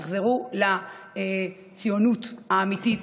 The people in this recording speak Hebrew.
תחזרו לציונות האמיתית,